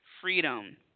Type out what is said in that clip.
freedom